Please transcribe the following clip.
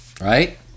right